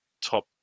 top